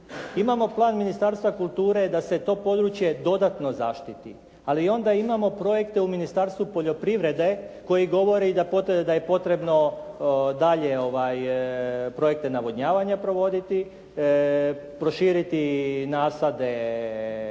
Imamo plan Ministarstva kulture da se to područje dodatno zaštiti, ali onda imamo projekte u Ministarstvu poljoprivrede koji govori da je potrebno dalje projekte navodnjavanja provoditi, proširiti nasade